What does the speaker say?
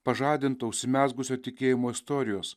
pažadinto užsimezgusio tikėjimo istorijos